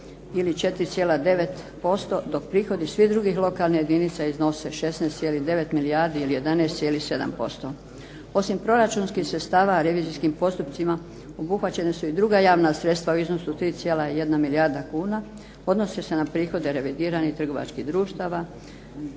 ili 4,9%, dok prihodi svih drugih lokalnih jedinica iznose 16,9 milijardi ili 11,7%. Osim proračunskih sredstava, revizijskim postupcima obuhvaćena su i druga javna sredstava u iznosu od 3,1 milijarda kuna, odnose se na prihode revidiranih trgovačkih društava